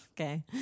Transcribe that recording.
Okay